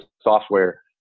software